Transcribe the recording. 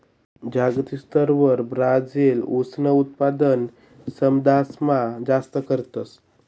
जागतिक स्तरवर ब्राजील ऊसनं उत्पादन समदासमा जास्त करस